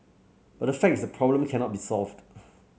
but the fact is problem cannot be solved